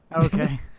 okay